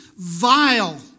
vile